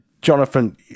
jonathan